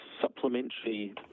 supplementary